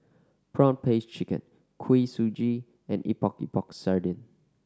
prawn paste chicken Kuih Suji and Epok Epok Sardin